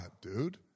dude